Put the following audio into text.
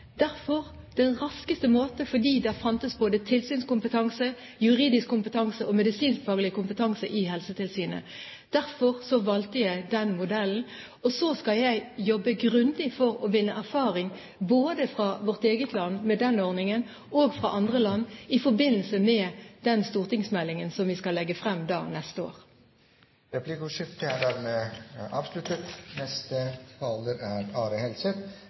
Derfor, som den raskeste måte fordi det fantes både tilsynskompetanse, juridisk kompetanse og medisinskfaglig kompetanse i Helsetilsynet, valgte jeg den modellen. Og så skal jeg jobbe grundig for å vinne erfaring både fra vårt eget land med den ordningen og fra andre land i forbindelse med den stortingsmeldingen som vi skal legge frem neste år. Replikkordskiftet er dermed avsluttet.